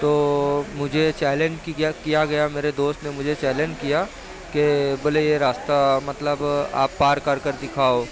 تو مجھے چیلنج کیا گیا میرے دوست نے مجھے چیلنج کیا کہ بولے یہ راستہ مطلب آپ پار کر کر دکھاؤ